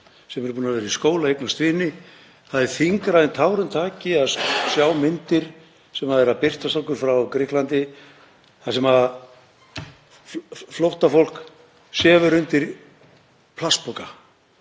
sem eru búin að vera í skóla, eignast vini. Það er þyngra en tárum taki að sjá myndir sem birtast okkur frá Grikklandi þar sem flóttafólk sefur undir plastpoka